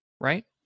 right